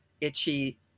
itchy